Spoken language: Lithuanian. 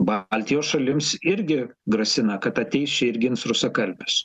baltijos šalims irgi grasina kad ateis čia ir gins rusakalbius